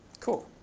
cool,